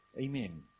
Amen